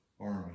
army